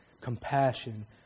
compassion